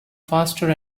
faster